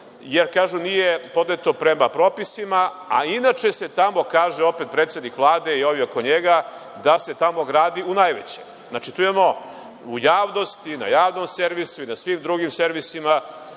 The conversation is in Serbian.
jer kažu nije podneto prema propisima, a inače se tamo kaže, opet predsednik Vlade i ovi oko njega, da se tamo gradi u najvećem. Znači, tu imamo u javnosti, na javnom servisu i na svim drugim servisima,